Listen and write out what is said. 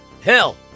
Hell